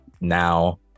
now